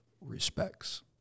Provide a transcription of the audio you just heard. respects